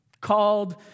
Called